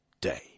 day